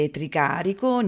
Tricarico